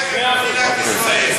יש מהפכה בענף הרכב במדינת ישראל.